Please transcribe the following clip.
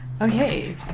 Okay